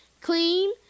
clean